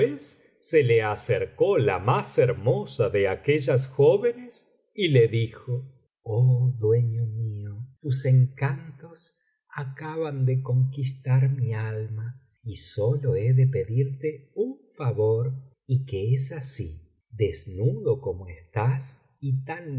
se le acercó la más hermosa de aquellas jóvenes y le dijo oh dueño mío tus encantos acaban de conquistar mi alma y sólo he de pedirte un favor y es que así desnudo como estás y tan